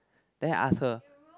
then I ask her